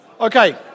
Okay